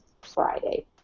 Friday